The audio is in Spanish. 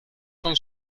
son